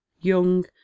young